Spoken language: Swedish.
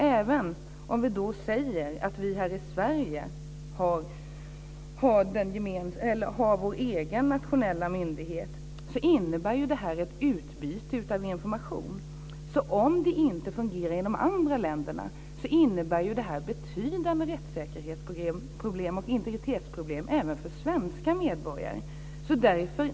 Även om vi säger att vi här i Sverige har vår egen nationella myndighet, innebär detta ett utbyte av information som, om det inte fungerar i de andra länderna, utgör ett betydande rättssäkerhets och integritetsproblem även för svenska medborgare.